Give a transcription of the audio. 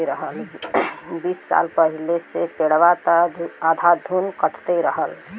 बीस साल पहिले से पेड़वा त अंधाधुन कटते रहल